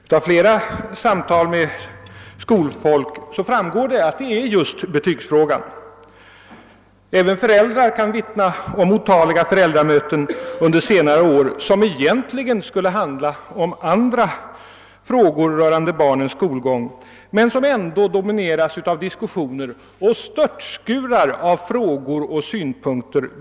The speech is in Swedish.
Ja, av flera samtal med skolmän framgår att man helst vill tala om betygsfrågan. Även föräldrarna kan vittna om hur de på otaliga föräldramöten under senare år, möten som egentligen skulle handlat om andra frågor rörande barnens skolgång, i stället har diskuterat skolans betygssystem, som har föranlett störtskurar av frågor och synpunkter.